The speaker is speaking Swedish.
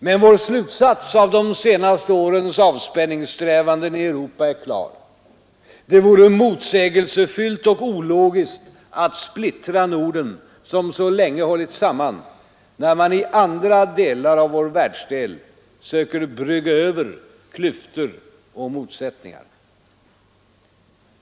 Men vår slutsats av de senaste årens avspänningssträvanden i Europa är klar: det vore motsägelsefyllt och ologiskt att splittra Norden, som så länge hållit samman, när man i andra områden av vår världsdel söker brygga över klyftor och motsättningar.